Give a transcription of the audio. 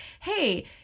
hey